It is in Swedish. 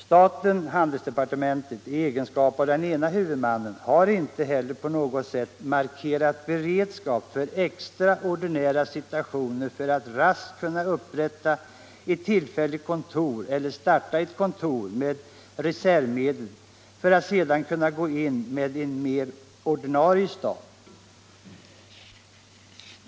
Staten/handelsdepartementet, i egenskap av den ena huvudmannen, har inte heller på något sätt markerat beredskap för extraordinära situationer, t.ex. att raskt kunna upprätta ett tillfälligt kontor eller starta ett kontor med reservmedel för att sedan kunna gå in med en mer ordinarie stat.